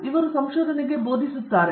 ಆದ್ದರಿಂದ ಇವರು ಸಂಶೋಧನೆಗೆ ಬೋಧಿಸುತ್ತಾರೆ